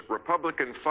Republican